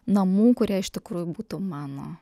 namų kurie iš tikrųjų būtų mano